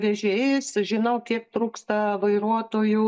vežėjais žinau kiek trūksta vairuotojų